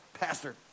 Pastor